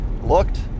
Looked